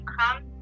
come